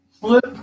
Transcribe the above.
flip